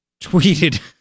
tweeted